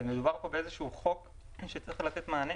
ומדובר פה באיזה חוק שצריך לתת מענה